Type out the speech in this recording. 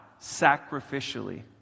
Sacrificially